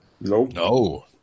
No